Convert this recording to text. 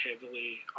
heavily